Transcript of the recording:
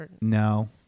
No